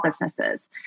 businesses